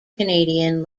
canadian